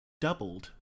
doubled